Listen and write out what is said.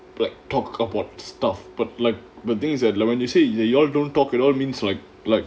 like talk about stuff but like the thing is that like when you say that you all don't talk at all means like like